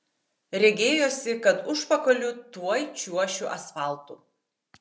regėjosi kad užpakaliu tuoj čiuošiu asfaltu